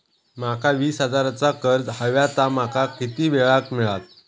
माका वीस हजार चा कर्ज हव्या ता माका किती वेळा क मिळात?